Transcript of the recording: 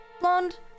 blonde